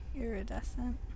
Iridescent